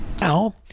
Now